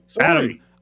Adam